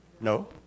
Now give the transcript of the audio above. No